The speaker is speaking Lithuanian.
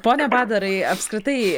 pone badarai apskritai